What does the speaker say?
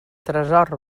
tresor